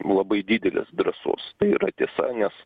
labai didelės drąsos tai yra tiesa nes